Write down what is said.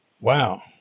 Wow